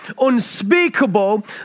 unspeakable